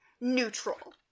neutral